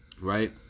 right